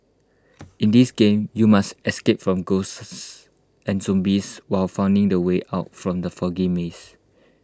in this game you must escape from ghosts and zombies while finding the way out from the foggy maze